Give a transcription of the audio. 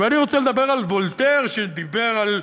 ואני רוצה לדבר על וולטר, שדיבר על: